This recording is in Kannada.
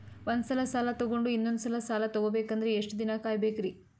ಒಂದ್ಸಲ ಸಾಲ ತಗೊಂಡು ಇನ್ನೊಂದ್ ಸಲ ಸಾಲ ತಗೊಬೇಕಂದ್ರೆ ಎಷ್ಟ್ ದಿನ ಕಾಯ್ಬೇಕ್ರಿ?